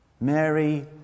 Mary